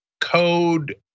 code